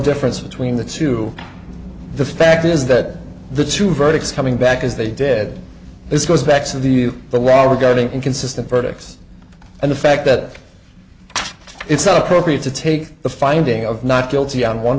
difference between the two the fact is that the two verdicts coming back as they dead this goes back to the the law regarding inconsistent verdicts and the fact that it's a proceed to take the finding of not guilty on one